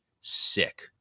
sick